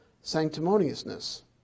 Sanctimoniousness